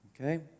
Okay